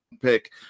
pick